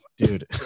Dude